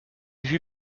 vue